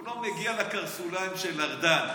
הוא לא מגיע לקרסוליים של ארדן.